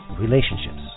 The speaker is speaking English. relationships